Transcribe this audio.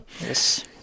Yes